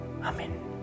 Amen